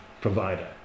provider